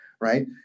right